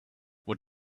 what